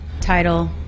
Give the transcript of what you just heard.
title